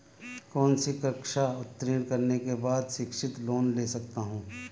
कौनसी कक्षा उत्तीर्ण करने के बाद शिक्षित लोंन ले सकता हूं?